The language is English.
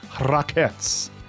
Rockets